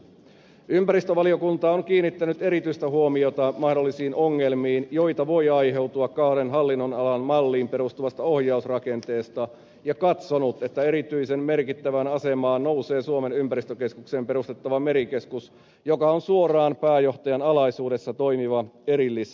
ympäristövaliokunta on kiinnittänyt erityistä huomiota mahdollisiin ongelmiin joita voi aiheutua kahden hallinnon alan malliin perustuvasta ohjausrakenteesta ja katsonut että erityisen merkittävään asemaan nousee suomen ympäristökeskukseen perustettava merikeskus joka on suoraan pääjohtajan alaisuudessa toimiva erillisyksikkö